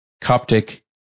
Coptic